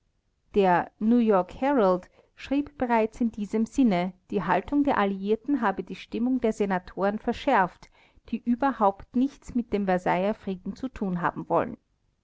der new york herald schrieb bereits in diesem sinne die haltung der alliierten habe die stimmung der senatoren verschärft die überhaupt nichts mit dem versailler frieden zu tun haben wollen